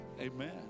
Amen